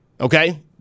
Okay